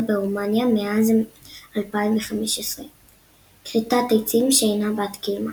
ברומניה מאז 2015. כריתת עצים שאינה בת קיימא